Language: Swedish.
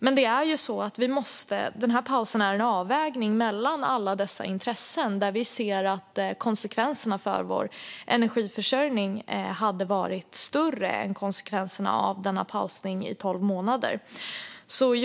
Den här pausen är en avvägning mellan alla dessa intressen, och vi anser att konsekvenserna för energiförsörjningen hade varit större än konsekvenserna av en 12 månaders paus.